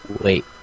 Wait